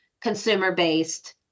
consumer-based